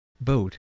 boat